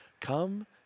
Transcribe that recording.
Come